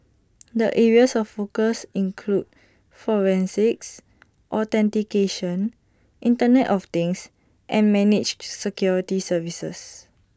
the areas of focus include forensics authentication Internet of things and managed security services